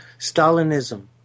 Stalinism